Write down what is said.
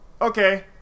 okay